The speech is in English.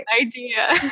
Idea